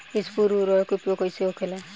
स्फुर उर्वरक के उपयोग कईसे होखेला?